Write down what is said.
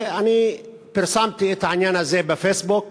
ואני פרסמתי את העניין הזה בפייסבוק,